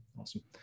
Awesome